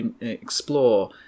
explore